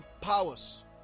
powers